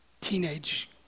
teenage